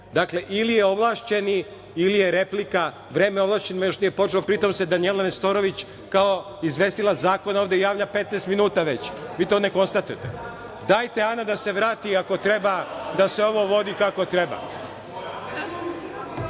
drugo. Ili je ovlašćeni ili je replika? Vreme ovlašćenom još nije počelo. Pri tom se Danijela Nestorović kao izvestilac zakona javlja već 15 minuta, a vi to ne konstatujete. Dajte Ana da se vrati, ako treba, da se ovo vodi kako treba. Znači,